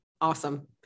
Awesome